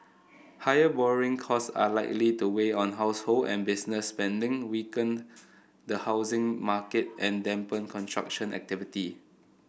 higher borrowing costs are likely to weigh on household and business spending weaken the housing market and dampen construction activity